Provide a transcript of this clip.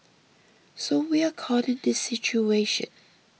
so we are caught in this situation